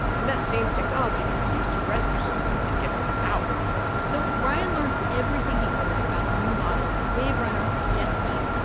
then that same technology could be used to rescue someone and get them out so brian learned everything he could about the new models of waverunners and jet skis.